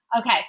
Okay